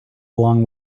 long